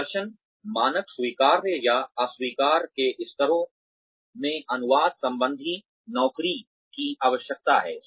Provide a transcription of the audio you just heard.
प्रदर्शन मानक स्वीकार्य या अस्वीकार के स्तरों में अनुवाद संबंधी नौकरी की आवश्यकताएं है